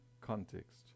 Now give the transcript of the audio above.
context